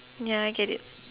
ya I get it